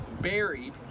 buried